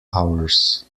hours